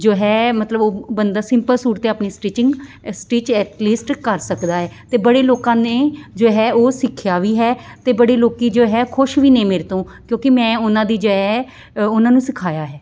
ਜੋ ਹੈ ਮਤਲਬ ਉਹ ਬੰਦਾ ਸਿੰਪਲ ਸੂਟ ਤਾਂ ਆਪਣੀ ਸਟਿਚਿੰਗ ਸਟਿਚ ਐਟਲੀਸਟ ਕਰ ਸਕਦਾ ਹੈ ਅਤੇ ਬੜੇ ਲੋਕਾਂ ਨੇ ਜੋ ਹੈ ਉਹ ਸਿੱਖਿਆ ਵੀ ਹੈ ਅਤੇ ਬੜੇ ਲੋਕ ਜੋ ਹੈ ਖੁਸ਼ ਵੀ ਨੇ ਮੇਰੇ ਤੋਂ ਕਿਉਂਕਿ ਮੈਂ ਉਹਨਾਂ ਦੀ ਜੈ ਉਹਨਾਂ ਨੂੰ ਸਿਖਾਇਆ ਹੈ